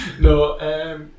No